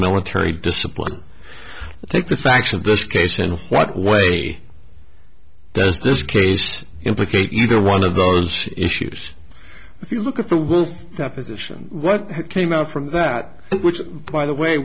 military discipline take the facts of this case in what way does this case implicate either one of those issues if you look at the deposition what came out from that which by the way